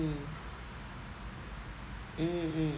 mm mm mm